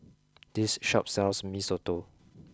this shop sells mee soto